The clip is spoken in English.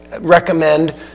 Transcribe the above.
recommend